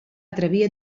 atrevir